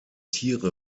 tiere